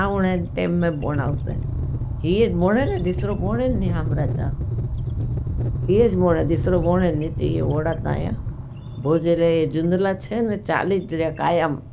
आउड़ टेने गोड़ान ऊसे। हिये गोड़ान दीसरे गोड़ान वेसे गोड़ान नी हमरक़ियाकें गोड़ान । हिये गोड़ान दीसरे गोड़ान नी ती गोड़ान या ता भोजले जुंडला छ चलीज कयेयम गोड़ान।